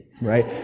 right